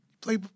play